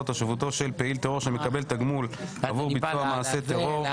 או תושבותו של פעיל טרור שמקבל תגמול עבור ביצוע מעשה הטרור,